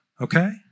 Okay